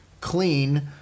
clean